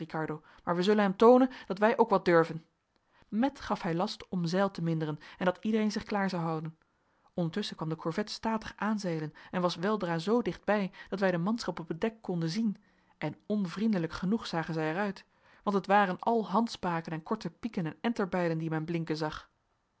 maar wij zullen hem toonen dat wij ook wat durven met gaf hij last om zeil te minderen en dat iedereen zich klaar zou houden ondertusschen kwam de korvet statig aanzeilen en was weldra zoo dicht bij dat wij de manschap op het dek konden zien en onvriendelijk genoeg zagen zij er uit want het waren al handspaken en korte pieken en enterbijlen die men blinken zag